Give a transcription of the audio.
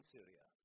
Syria